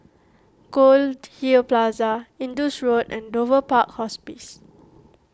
Goldhill Plaza Indus Road and Dover Park Hospice